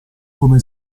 come